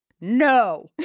no